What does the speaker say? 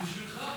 בשבילך.